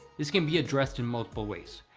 this can be addressed in multiple ways.